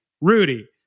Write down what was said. Rudy